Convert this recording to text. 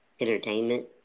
entertainment